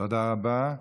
תודה רבה.